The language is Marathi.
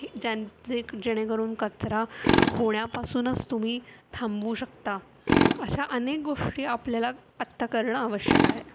ज्यांचे जेणेकरून कचरा होण्यापासूनच तुम्ही थांबवू शकता अशा अनेक गोष्टी आपल्याला आत्ता करणं आवश्यक आहे